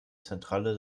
zentrale